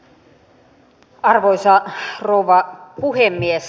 arvoisa rouva puhemies